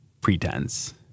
pretense